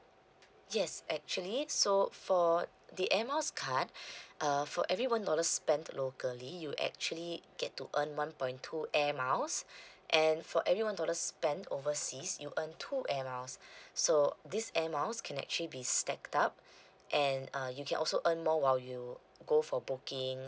yes actually so for the air miles card uh for every one dollar spent locally you actually get to earn one point two air miles and for every one dollar spent overseas you earn two air miles so this air miles can actually be stacked up and uh you can also earn more while you go for bookings